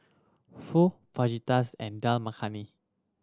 Pho Fajitas and Dal Makhani